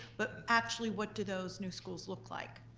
but actually what do those new schools look like.